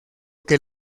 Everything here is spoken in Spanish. que